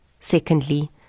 Secondly